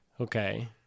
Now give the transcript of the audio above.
Okay